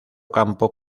campo